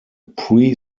pre